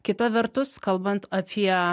kita vertus kalbant apie